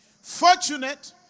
fortunate